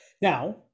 Now